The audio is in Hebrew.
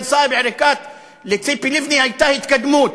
סאיב עריקאת לציפי לבני הייתה התקדמות.